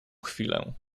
chwilę